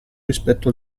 rispetto